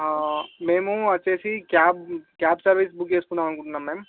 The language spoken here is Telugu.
మేము వచ్చి క్యాబు క్యాబ్ సర్వీసు బుక్ చేసుకుందామని అనుకుంటున్నాం మామ్